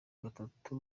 gatatu